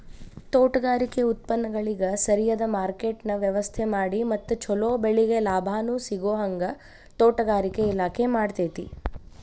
ತೋಟಗಾರಿಕೆ ಉತ್ಪನ್ನಗಳಿಗ ಸರಿಯದ ಮಾರ್ಕೆಟ್ನ ವ್ಯವಸ್ಥಾಮಾಡಿ ಮತ್ತ ಚೊಲೊ ಬೆಳಿಗೆ ಲಾಭಾನೂ ಸಿಗೋಹಂಗ ತೋಟಗಾರಿಕೆ ಇಲಾಖೆ ಮಾಡ್ತೆತಿ